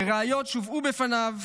בראיות שהובאו בפניו,